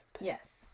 Yes